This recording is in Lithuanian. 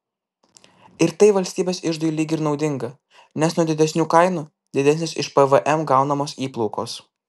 ir tai valstybės iždui lyg ir naudinga nes nuo didesnių kainų didesnės iš pvm gaunamos įplaukos